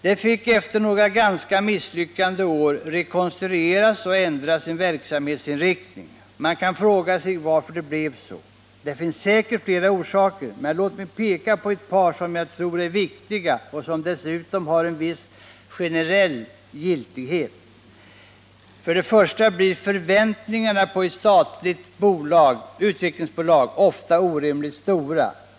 Det fick efter några ganska misslyckade år rekonstrueras och ändra sin verksam hetsinriktning. Man kan fråga sig varför det blev så. Det finns säkert flera orsaker, men låt mig peka på ett par som jag tror är viktiga och som dessutom har en viss generell giltighet. För det första blir förväntningarna på ett statligt utvecklingsbolag ofta orimligt stora.